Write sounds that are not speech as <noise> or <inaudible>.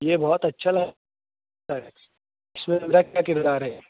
یہ بہت اچھا <unintelligible> ہے اِس میں میرا کا کردار ہے